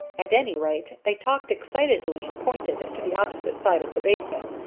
at any rate, they talked excitedly, and pointed to the opposite side of the basin,